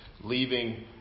leaving